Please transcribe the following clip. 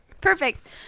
perfect